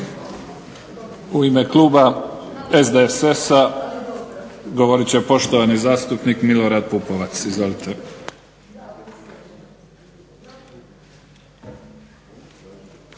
U ime kluba SDSS-a, govorit će poštovani zastupnik Milorad Pupovac.